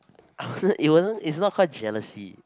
I wasn't it wasn't it's not called jealousy